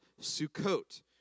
Sukkot